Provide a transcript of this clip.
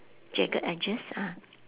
jagged edges ah